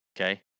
Okay